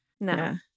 no